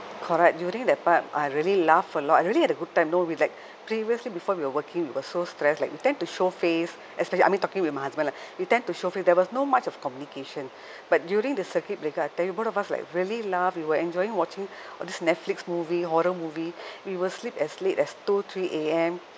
correct during that part I really laugh a lot I really had a good time you know like previously before we were working we were so stressed like we tend to show face especially I mean talking with my husband lah we tend to show face there was no much of communication but during the circuit breaker I tell you both of us like really laugh we were enjoying watching all this netflix movie horror movie we will sleep as late as two three A_M